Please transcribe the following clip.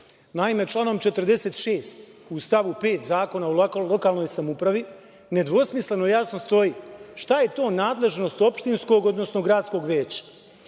Naime, članom 46. u stavu 5. Zakona o lokalnoj samoupravi nedvosmisleno jasno stoji šta je to nadležnost opštinskog, odnosno gradskog veća,